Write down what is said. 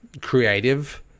creative